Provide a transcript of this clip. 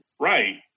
Right